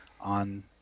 on